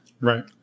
Right